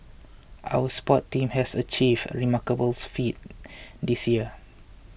our sport team has achieved remarkable feat this year